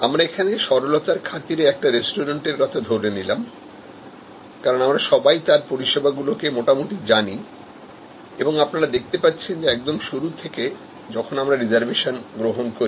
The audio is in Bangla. আমরা এখানে সরলতার খাতিরে একটা রেস্টুরেন্টের কথা ধরে নিলাম কারণ আমরা সবাই তার পরিষেবা গুলোকে মোটামুটি জানি এবং আপনারা দেখতে পাচ্ছেন যে একদম শুরু থেকে যখন আমরা রিজার্ভেশন গ্রহণ করি